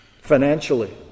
Financially